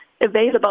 available